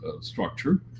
structure